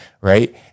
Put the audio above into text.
right